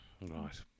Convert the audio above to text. Right